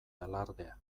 alardea